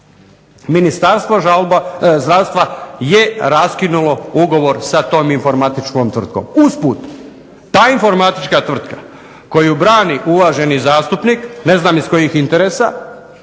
Ministarstvo zdravstva je raskinulo ugovor sa tom informatičkom tvrtkom. Usput, ta informatička tvrtka koju brani uvaženi zastupnik, ne znam iz kojih interesa,